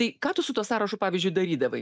tai ką tu su tuo sąrašu pavyzdžiui darydavai